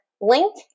link